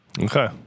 Okay